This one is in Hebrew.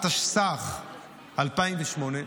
התשס"ח 2008,